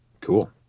Cool